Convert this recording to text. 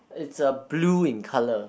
is a blue in color